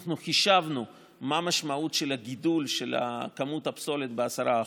אנחנו חישבנו מה המשמעות של גידול כמות הפסולת ב-10%.